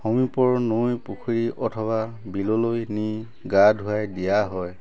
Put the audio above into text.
সমীপৰ নৈ পুখুৰী অথবা বিললৈ নি গা ধোৱাই দিয়া হয়